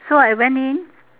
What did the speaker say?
so I went in